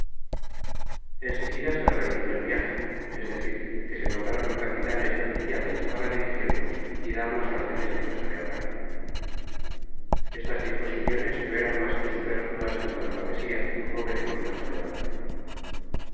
seguida se organizó el viaje es decir que se nombraron capitanes y oficiales para diri giraos y dar ias órdenes en caso de ataque estas disposiciones no eran mas que supórfluas en tal travesia como veremos mas adelante